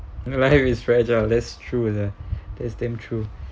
life is fragile that's true that's damn true